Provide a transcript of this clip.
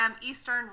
Eastern